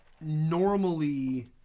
normally